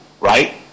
right